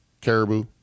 caribou